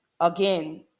Again